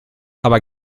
aber